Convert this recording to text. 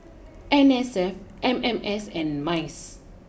N S F M M S and Mice